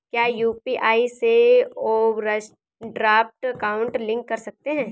क्या यू.पी.आई से overdraft account link कर सकते हैं?